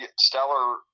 stellar